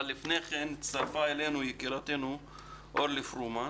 לפני כן הצטרפה אלינו יקירתנו אורלי פרומן.